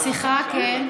שיחה, כן.